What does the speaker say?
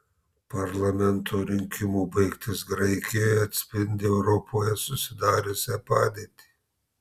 parlamento rinkimų baigtis graikijoje atspindi europoje susidariusią padėtį